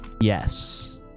Yes